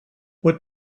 what